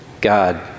God